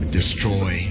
destroy